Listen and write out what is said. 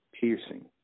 piercing